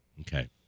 Okay